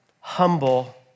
humble